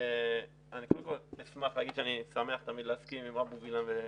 אני אשמח לומר שאני תמיד שמח להסכים עם אבו וילן.